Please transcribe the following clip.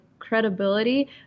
credibility